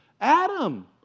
Adam